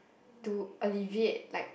to alleviate like